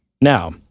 Now